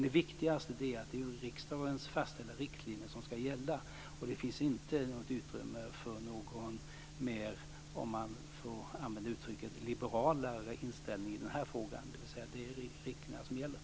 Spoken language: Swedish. Det viktigaste är att det är riksdagens fastställda riktlinjer som skall gälla. Det finns inte något utrymme för, om jag skall använda det uttrycket, någon mer liberalare inställning i den här frågan. Det är riktlinjerna som gäller.